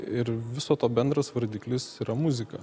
ir viso to bendras vardiklis yra muzika